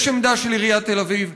יש עמדה של עיריית תל אביב,